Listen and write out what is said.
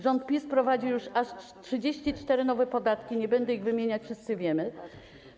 Rząd PiS wprowadził już aż 34 nowe podatki - nie będę ich wymieniać, wszyscy o nich wiemy.